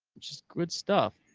which is good stuff.